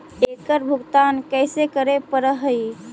एकड़ भुगतान कैसे करे पड़हई?